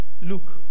Look